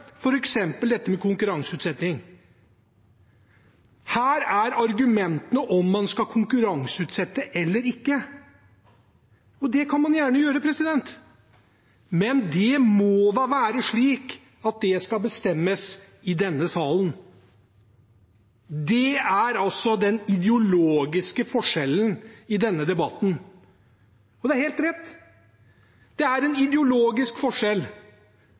konkurranseutsetting. Her argumenterer man for om man skal konkurranseutsette eller ikke. Det kan man gjerne gjøre. Men det må da være slik at det skal bestemmes i denne sal. Det er den ideologiske forskjellen i denne debatten. Og det er helt rett, det er en ideologisk forskjell,